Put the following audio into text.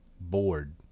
bored